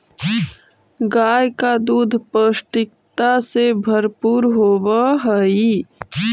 गाय का दूध पौष्टिकता से भरपूर होवअ हई